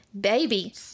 baby